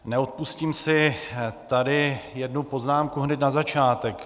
Neodpustím si tady jednu poznámku hned na začátek.